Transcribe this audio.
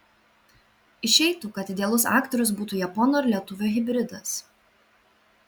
išeitų kad idealus aktorius būtų japono ir lietuvio hibridas